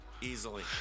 easily